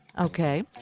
Okay